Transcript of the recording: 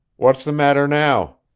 what's the matter, now?